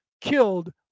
killed